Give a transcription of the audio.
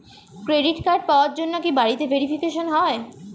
Credit card পাওয়ার জন্য কি বাড়িতে ভেরিফিকেশন হয়?